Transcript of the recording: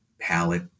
palette